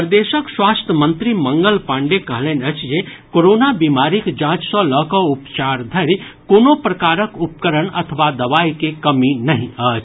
प्रदेशक स्वास्थ्य मंत्री मंगल पांडेय कहलनि अछि जे कोरोना बीमारीक जांच सँ लऽ कऽ उपचार धरि कोनो प्रकारक उपकरण अथवा दवाई के कमी नहि अछि